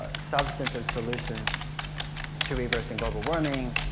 substantive solutions to reversing global warming.